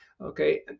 okay